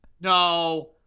No